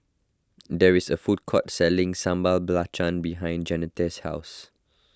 there is a food court selling Sambal Belacan behind Jeanetta's house